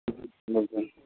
welcome